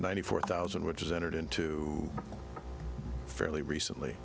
ninety four thousand which is entered into fairly recently